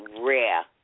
rare